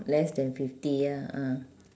less than fifty ya ah